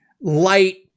light